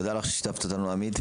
תודה לך ששיתפת אותנו עמית,